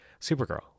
Supergirl